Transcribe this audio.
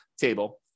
table